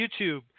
YouTube